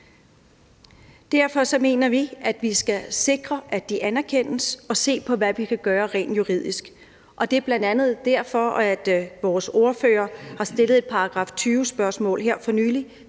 Derfor mener vi, at vi skal sikre, at de anerkendes, og se på, hvad vi kan gøre rent juridisk. Og det er bl.a. derfor, at vores ordfører har stillet et § 20-spørgsmål her for nylig